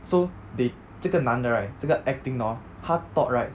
so they 这个男的 right 这个 acting 的 hor 他 thought right